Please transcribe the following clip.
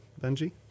benji